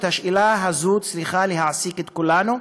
השאלה הזאת צריכה להעסיק את כולנו.